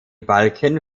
balken